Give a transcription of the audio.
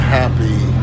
happy